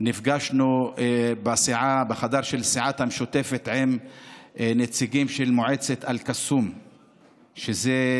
נפגשנו בחדר של סיעת המשותפת עם נציגים של מועצת אל-קסום שבנגב